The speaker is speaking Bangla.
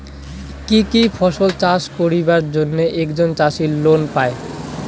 কি কি ফসল চাষ করিবার জন্যে একজন চাষী লোন পায়?